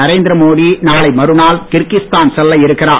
நரேந்திர மோடி நாளை மறுநாள் கிர்கிஸ்தான் செல்ல இருக்கிறார்